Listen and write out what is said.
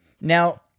Now